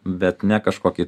bet ne kažkokį